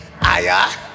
aya